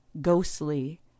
ghostly